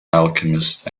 alchemist